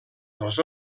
dels